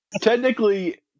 Technically